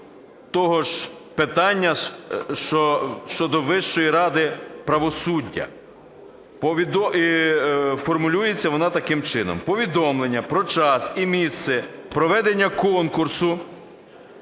того ж питання щодо Вищої ради правосуддя. Формулюється вона таким чином: "Повідомлення про час і місце проведення конкурсу